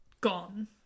gone